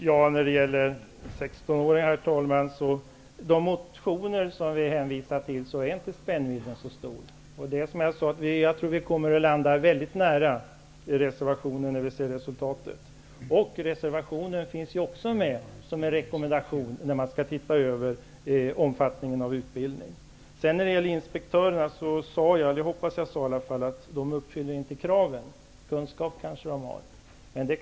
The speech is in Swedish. Herr talman! I de motioner som vi hänvisar till är spännvidden inte så stor när det gäller att sänka övningskörningsåldern till 16 år. Jag tror att vi kommer mycket nära reservationen när vi ser resultatet. Reservationen finns ju också med som en rekommendation när man skall se över utbildningens omfattning. Vad gäller inspektörerna, sade jag -- hoppas jag i alla fall -- att de inte uppfyller kraven, men det kan ju rättas till.